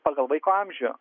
pagal vaiko amžių